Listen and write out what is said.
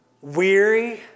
Weary